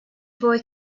boy